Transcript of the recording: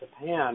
Japan